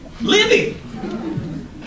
living